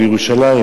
בירושלים,